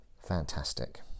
fantastic